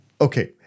okay